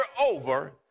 over